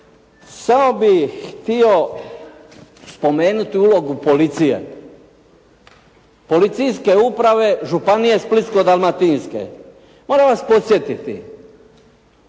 samo bih htio spomenuti ulogu policije. Policijske uprave, županije Splitsko-dalmatinske, moram vas podsjetiti